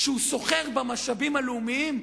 כשהוא סוחר במשאבים הלאומיים,